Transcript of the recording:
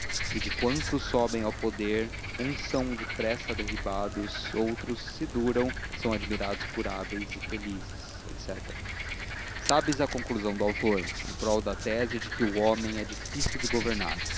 e de quantos sobem ao poder uns são depressa derribados outros se duram são admirados por hábeis e felizes sabes a conclusão do autor em prol da tese de que o homem é difícil de governar